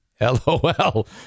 LOL